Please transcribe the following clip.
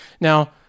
Now